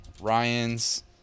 Ryan's